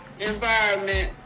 environment